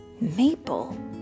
Maple